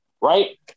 right